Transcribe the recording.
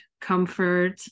comfort